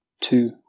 two